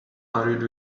are